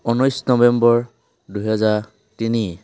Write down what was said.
ঊনৈছ নৱেম্বৰ দুহেজাৰ তিনি